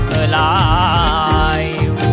alive